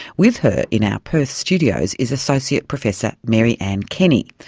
with her, in our perth studios, is associate professor mary anne kenny.